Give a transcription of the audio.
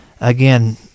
again